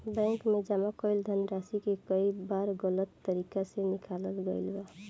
bank में जमा कईल धनराशि के कई बार गलत तरीका से निकालल गईल बा